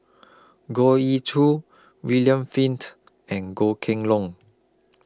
Goh Ee Choo William Flint and Goh Kheng Long